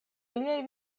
iliaj